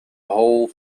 whole